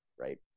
right